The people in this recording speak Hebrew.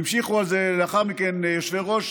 המשיכו את זה לאחר מכן יושבי-ראש,